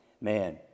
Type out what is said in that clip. man